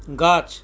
গাছ